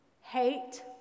hate